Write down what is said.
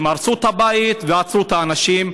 הם הרסו את הבית ועצרו את האנשים.